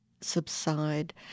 subside